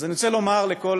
אז אני רוצה לומר לכל